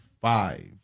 five